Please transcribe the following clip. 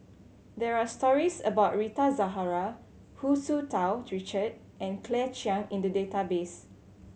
there are stories about Rita Zahara Hu Tsu Tau Richard and Claire Chiang in the database